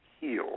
heal